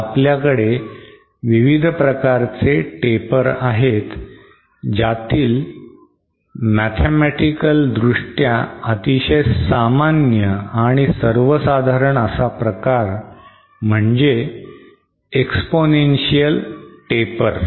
तर आपल्याकडे विविध प्रकारचे taper आहेत ज्यातील mathematical गणितीय दृष्ट्या अतिशय सामान्य सर्वसाधारण असा प्रकार म्हणजे एक्स्पोनेन्शिअल taper